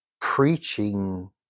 preaching